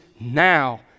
now